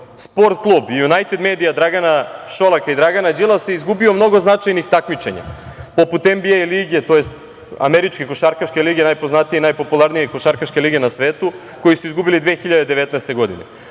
„Sport klub“ i „Junajted medija“ Dragana Šolaka i Dragana Đilasa izgubio je mnogo značajnih takmičenja, poput NBA lige, tj. američke košarkaške lige, najpoznatije i najpopularnije košarkaške lige na svetu, koju su izgubili 2019. godine.